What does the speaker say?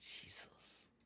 Jesus